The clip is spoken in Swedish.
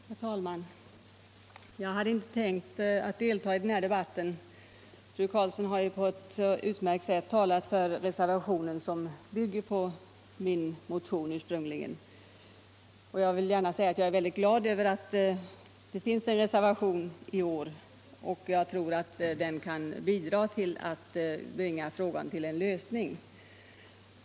Herr talman! Jag hade inte tänkt delta i den här debatten. Fru Karlsson har på ett utmärkt sätt talat för reservationen, som ursprungligen bygger på min motion. Jag vill gärna säga att jag är glad över att det finns en reservation i år, vilken jag tror kan bidra till att bringa frågan till en lösning.